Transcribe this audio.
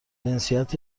جنسیت